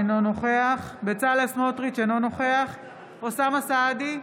אינו נוכח בצלאל סמוטריץ' אינו נוכח אוסאמה סעדי,